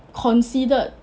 considered